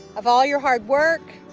of all your hard work,